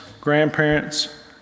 grandparents